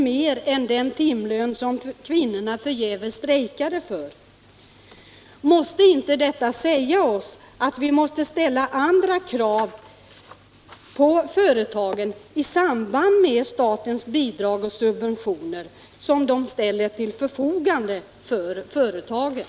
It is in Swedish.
mer än den timlön som kvinnorna förgäves strejkade för. Måste inte detta säga oss att vi måste ställa andra krav på företagen i samband med statliga bidrag och subventioner, som ställs till förfogande för företagen?